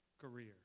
career